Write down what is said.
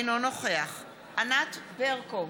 אינו נוכח ענת ברקו,